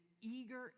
eager